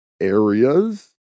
areas